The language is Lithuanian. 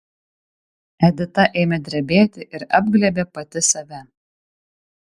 edita ėmė drebėti ir apglėbė pati save